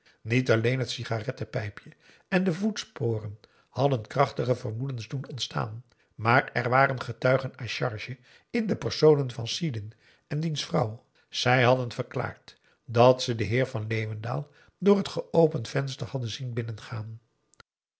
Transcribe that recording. niet alleen het sigarettenpijpje en de voetsporen hadden krachtige vermoedens doen ontstaan maar er waren getuigen à c h a r g e in de personen van sidin en diens vrouw zij hadden verklaard dat ze den heer van leeuwendaal door het geopend venster hadden zien binnengaan